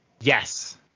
Yes